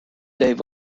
dave